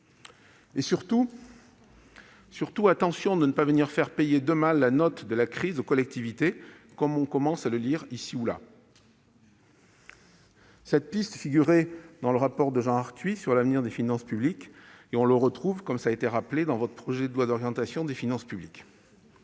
en 2022 ? Attention à ne pas faire payer demain la note de la crise aux collectivités, comme on commence à le lire ici ou là ! Cette piste figurait dans le rapport de Jean Arthuis sur l'avenir des finances publiques et on la retrouve dans le projet de loi d'orientation des finances publiques.